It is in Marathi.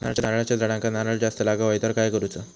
नारळाच्या झाडांना नारळ जास्त लागा व्हाये तर काय करूचा?